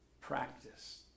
Practice